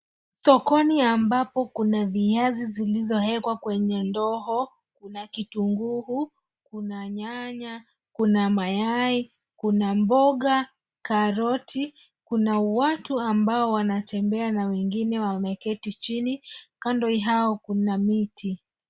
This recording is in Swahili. Sokoni ambapo kuna viazi zilizowekwa kwenye ndoo kuna kitunguu ,kuna nyanya, kuna mayai, kuna mboga, karoti, kuna watu ambao wanatembea na wengine wameketi chini kando yao kuna miti.